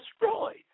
destroyed